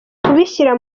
kubishyira